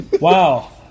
Wow